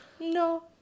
No